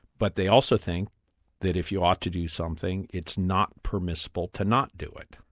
but they also think that if you ought to do something, it's not permissible to not do it.